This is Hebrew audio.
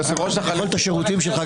היושב-ראש החליפי,